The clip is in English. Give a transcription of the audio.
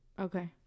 Okay